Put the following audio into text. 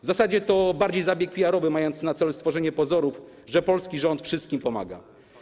W zasadzie to bardziej zabieg PR-owy mający na celu stworzenie pozorów, że polski rząd wszystkim pomaga.